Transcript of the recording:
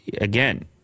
again